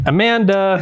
Amanda